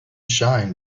shine